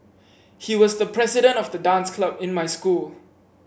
he was the president of the dance club in my school